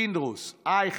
יצחק פינדרוס וישראל אייכלר,